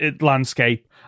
landscape